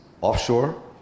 offshore